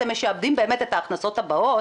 אתם משעבדים באמת את ההכנסות הבאות